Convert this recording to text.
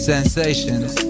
Sensations